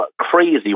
crazy